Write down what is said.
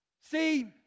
See